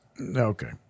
Okay